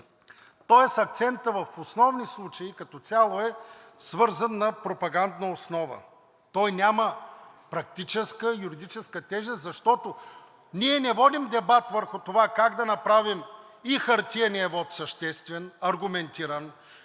Тоест акцентът в основните случаи като цяло е свързан на пропагандна основа. Той няма практическа и юридическа тежест, защото ние не водим дебат върху това как да направим и хартиения вот съществен, аргументиран,